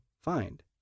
find